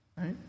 right